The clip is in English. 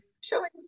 showing